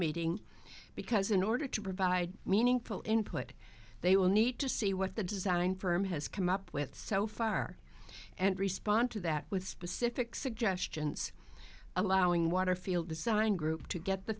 meeting because in order to provide meaningful input they will need to see what the design firm has come up with so far and respond to that with specific suggestions allowing waterfield design group to get the